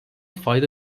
fayda